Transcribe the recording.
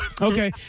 Okay